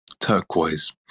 turquoise